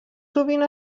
sovint